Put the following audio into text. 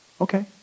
Okay